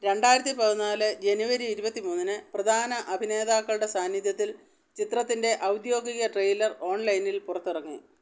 രണ്ടായിരത്തി പതിനാല് ജെനുവരി ഇരുപത്തി മൂന്നിന് പ്രധാന അഭിനേതാക്കളുടെ സാന്നിധ്യത്തിൽ ചിത്രത്തിന്റെ ഔദ്യോഗിക ട്രെയിലർ ഓൺലൈനിൽ പുറത്തിറങ്ങി